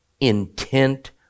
Intent